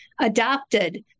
adopted